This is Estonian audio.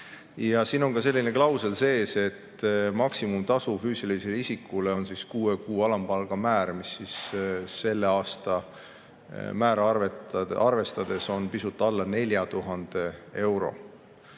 siin on ka selline klausel sees, et maksimumtasu füüsilisele isikule on kuue kuu alampalga määr, mis selle aasta määra arvestades on pisut alla 4000 euro.